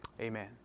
Amen